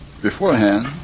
beforehand